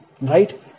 right